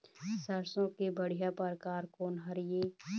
सरसों के बढ़िया परकार कोन हर ये?